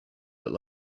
look